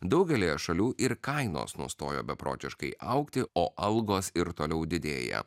daugelyje šalių ir kainos nustojo beprotiškai augti o algos ir toliau didėja